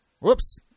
Whoops